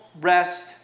rest